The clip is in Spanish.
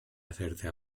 hacerte